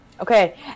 Okay